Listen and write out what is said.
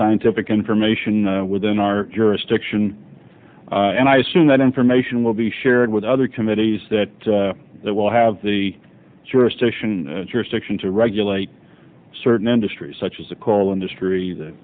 scientific information within our jurisdiction and i assume that information will be shared with other committees that it will have the jurisdiction jurisdiction to regulate certain industries such as the coal industry